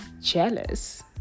jealous